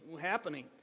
happening